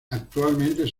actualmente